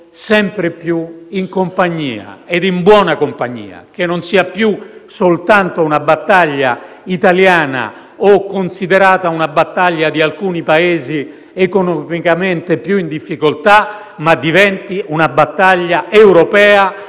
sempre più in buona compagnia, affinché non sia più soltanto una battaglia italiana, o considerata una battaglia di alcuni Paesi economicamente più in difficoltà, ma diventi una battaglia europea